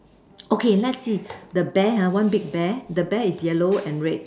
okay let's see the bear ha one big bear the bear is yellow and red